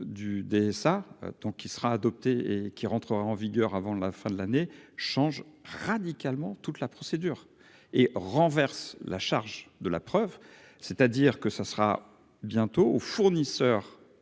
du DSA, donc il sera adopté et qui rentrera en vigueur avant la fin de l'année, change radicalement toute la procédure et renverse la charge de la preuve, c'est-à-dire que ce sera bientôt au fournisseur